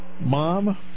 Mom